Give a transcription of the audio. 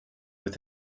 with